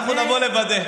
אנחנו נבוא לוודא.